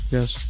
Yes